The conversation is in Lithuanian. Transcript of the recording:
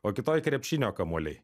o kitoj krepšinio kamuoliai